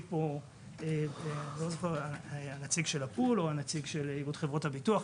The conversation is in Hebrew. פה נציג הפול או נציג חברות הביטוח,